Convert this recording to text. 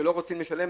שלא רוצים לשלם.